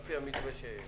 על-פי המתווה.